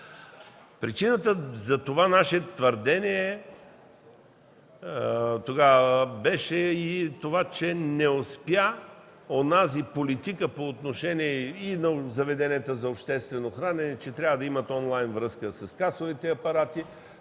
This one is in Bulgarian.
Причината за това наше твърдение тогава беше и това, че не успя онази политика по отношение на заведенията за обществено хранене – че трябва да имат онлайн връзка с касовите апарати,